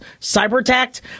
cyber-attacked